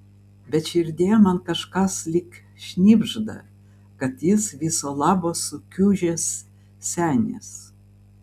bet širdyje man kažkas lyg šnibžda kad jis viso labo sukiužęs senis